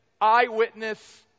eyewitness